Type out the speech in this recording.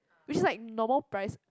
which is like normal price